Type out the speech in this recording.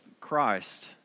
Christ